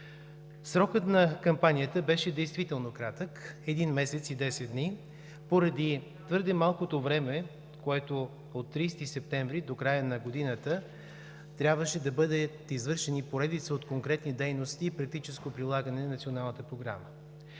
Срокът на кампанията беше действително кратък – един месец и десет дни, поради твърде малкото време, в което от 30 септември до края на годината трябваше да бъдат извършени поредица от конкретни дейности и практическо прилагане на Националната програма.